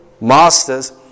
masters